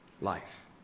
life